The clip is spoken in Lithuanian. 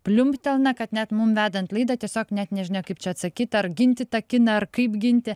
pliumptelna kad net mum vedant laidą tiesiog net nežinia kaip čia atsakyti ar ginti tą kiną ar kaip ginti